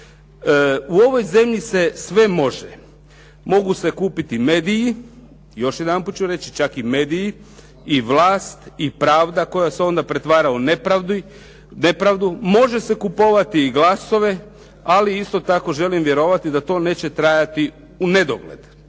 U ovoj zemlji se sve može. Mogu se kupiti mediji, još jedanput ću reći čak i mediji i vlast i pravda koja se onda pretvara u nepravdu može se kupovati i glasove ali isto tako želim vjerovati da to neće trajati u nedogled,